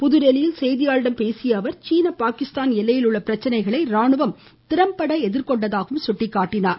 புதுதில்லியில் செய்தியாளர்களிடம் பேசிய அவர் சீன பாகிஸ்தான் எல்லையில் உள்ள பிரச்சனைகளை இராணுவம் திறம்பட எதிர்கொண்டதாகவும் அவர் சுட்டிக் காட்டினார்